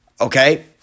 okay